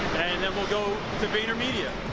and then we'll go to vaynermedia.